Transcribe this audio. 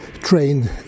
trained